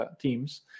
teams